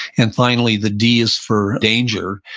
and finally, the d is for danger.